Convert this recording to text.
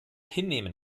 hinnehmen